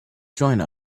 join